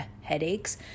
headaches